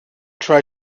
try